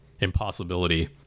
impossibility